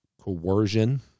coercion